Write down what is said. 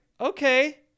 Okay